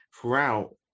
throughout